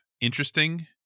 interesting